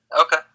Okay